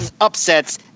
upsets